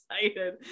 excited